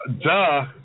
Duh